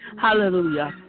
hallelujah